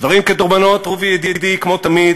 דברים כדרבונות, רובי ידידי, כמו תמיד.